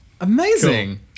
Amazing